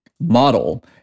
model